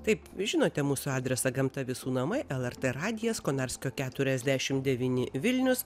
taip jūs žinote mūsų adresą gamta visų namai el er t radijas konarskio keturiasdešimt devyni vilnius